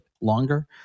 longer